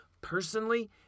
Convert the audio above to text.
personally